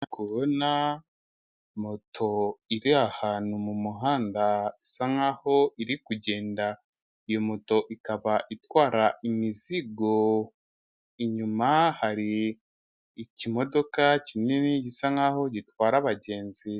Kubona moto iri ahantu mu muhanda isa nkaho iri kugenda, iyo moto ikaba itwara imizigo inyuma hari ikimodoka kinini gisa nk'aho gitwara abagenzi.